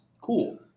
cool